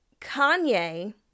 Kanye